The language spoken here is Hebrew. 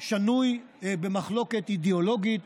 שנוי במחלוקת אידיאולוגית,